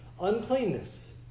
Uncleanness